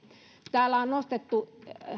täällä on nostettu